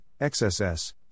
XSS